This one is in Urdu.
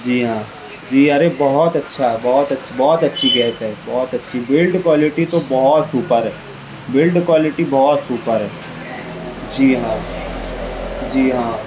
جی ہاں جی ارے بہت اچھا ہے بہت اچھا بہت اچھی گیس ہے بہت اچھی بلڈ کوالٹی تو بہت سوپر ہے بلڈ کوالٹی بہت سوپر ہے جی ہاں جی ہاں